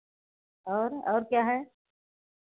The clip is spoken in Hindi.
और और क्या है